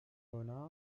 هنا